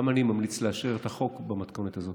גם אני ממליץ לאשר את החוק במתכונת הזאת.